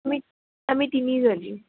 আমি আমি তিনিজনী